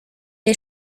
les